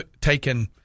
taken